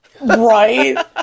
right